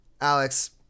Alex